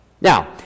Now